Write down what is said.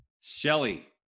Shelly